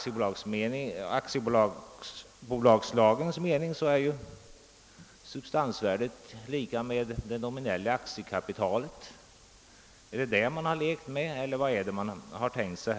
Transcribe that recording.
I aktiebolagslagens mening är substansvärdet lika med det nominella aktiekapitalet. är det något sådant man här lekt med, eller vad är det annars man har tänkt sig?